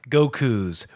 Goku's